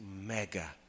mega